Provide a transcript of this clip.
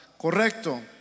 Correcto